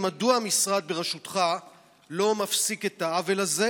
מדוע המשרד בראשותך לא מפסיק את העוול הזה,